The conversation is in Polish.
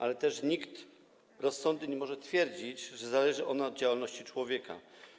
Ale też nikt rozsądny nie może twierdzić, że zależy ona od działalności człowieka.